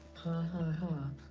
ha ha ha.